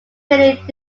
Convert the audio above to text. winning